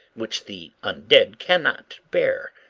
which the un-dead cannot bear,